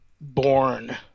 born